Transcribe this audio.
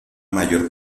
mayor